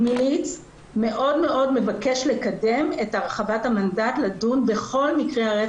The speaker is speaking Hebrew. המליץ מאוד מאוד מבקש לקדם את הרחבת המנדט לדון בכל מקרי הרצח.